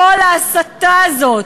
כל ההסתה הזאת,